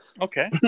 Okay